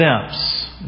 steps